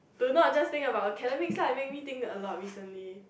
do not just think about academic lah it make me think a lot recently